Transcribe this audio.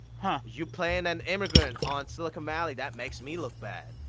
but you playing an immigrant on silicon valley that makes me look bad,